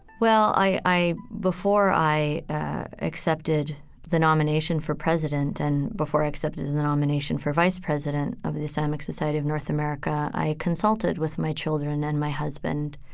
well, i, before i accepted the nomination for president and before i accepted and the nomination for vice president of the islamic society of north america, i consulted with my children and my husband,